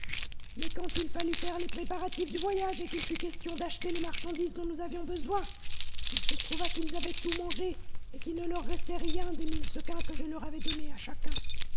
mais quand il fallut faire les préparatifs du voyage et qu'il fut question d'acheter les marchandises dont nous avions besoin il se trouva qu'ils avaient tout mangé et qu'il ne leur restait rien des mille sequins que je leur avais donnés à chacun